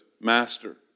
master